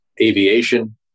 aviation